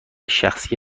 شخصی